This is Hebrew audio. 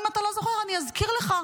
אם אתה לא זוכר אני אזכיר לך.